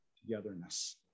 togetherness